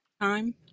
time